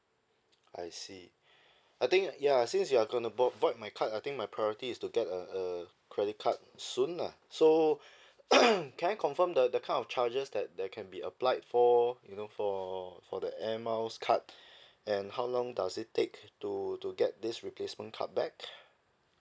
I see I think ya since you're going to bo~ void my card I think my priority is to get uh a credit card soon lah so can I confirm the the kind of charges that that can be applied for you know for for the air miles card and how long does it take to to get this replacement card back